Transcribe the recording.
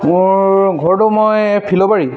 মোৰ ঘৰটো মই ফিল'বাৰী